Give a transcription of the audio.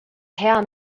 hea